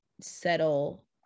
settle